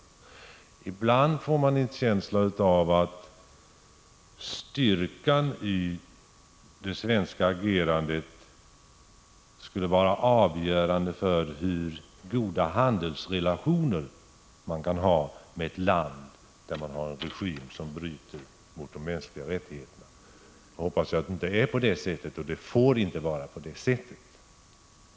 Ibland får man en känsla av att styrkan i det svenska agerandet skulle vara avgörande för hur goda handelsrelationer man kan ha med ett land där regimen bryter mot de mänskliga rättigheterna. Det får inte vara på det sättet, och jag hoppas att det inte är så.